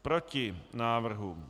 Proti návrhu.